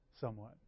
somewhat